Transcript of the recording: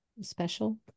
special